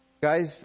Guys